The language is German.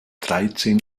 dreizehn